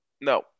No